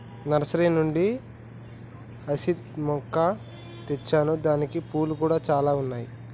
nursery నుండి hyacinth మొక్క తెచ్చాను దానికి పూలు కూడా చాల ఉన్నాయి